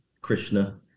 Krishna